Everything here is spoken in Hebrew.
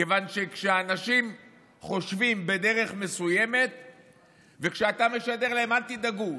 כיוון שכשאנשים חושבים בדרך מסוימת וכשאתה משדר להם: אל תדאגו,